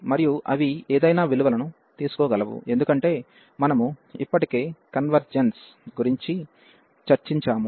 మరియు అవి ఏదైనా విలువను తీసుకోగలవు ఎందుకంటే మనము ఇప్పటికే కన్వెర్జెన్స్ గురించి చర్చించాము